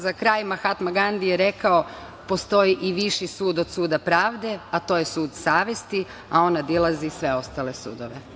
Za kraj, Mahatma Gandi je rekao: „Postoji i viši sud od suda pravde, a to je sud savesti, a on obilazi sve ostale sudove“